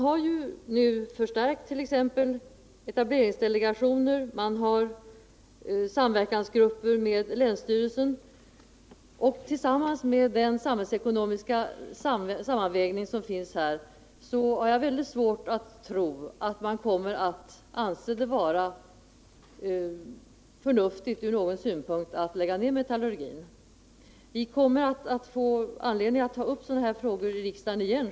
Regeringen har också föreslagit en förstärkning av etableringsdelegationen liksom att de berörda länsstyrelserna skall bilda samverkansgrupper. Om man till detta lägger den samhällsekonomiska sammanvägning som skall göras, så har jag väldigt svårt att tro att man kommer att kunna anse det vara förnuftigt från någon synpunkt att lägga ner metallurgin. Vi kommer att få anledning att ta upp sådana här frågor i riksdagen igen.